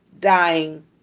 dying